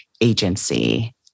agency